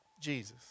Jesus